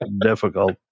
difficult